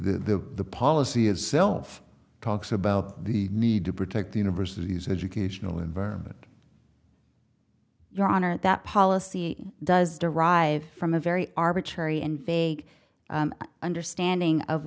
the the policy itself talks about the need to protect the universities educational environment your honor that policy does derive from a very arbitrary and vague understanding of